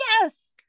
Yes